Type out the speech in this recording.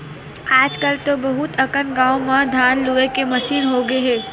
आजकल तो बहुत अकन गाँव म धान लूए के मसीन होगे हे